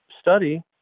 study